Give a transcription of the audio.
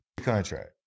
contract